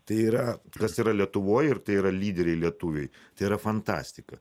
tai yra kas yra lietuvoj ir tai yra lyderiai lietuviai tai yra fantastika